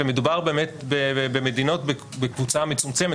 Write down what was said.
ומדובר באמת במדינות בקבוצה מצומצמת